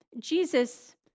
Jesus